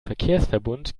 verkehrsverbund